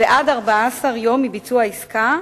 ועד 14 יום מביצוע העסקה,